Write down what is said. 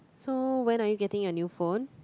so when are you getting your new phone